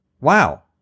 wow